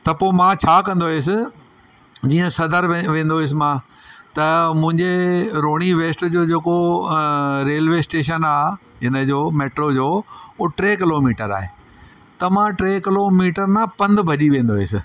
त पोइ मां छा कंदो हुयुसि जीअं सदर में वेंदो हुयुसि मां त मुंहिंजे रोहिणी वेस्ट जो जे को रेलवे स्टेशन आहे इनजो मेट्रो जो हूअ टे किलोमीटर आहे त मां टे किलोमीटर न पंधि भजी वेंदो हुअसि